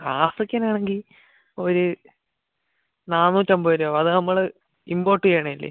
African ആണെങ്കിൽ ഒരു നാനൂറ്റി അമ്പത് രുപയാവും അത് നമ്മൾ ഇമ്പോട്ട് ചെയ്യുന്നതല്ലേ